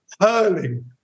Hurling